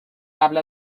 قبل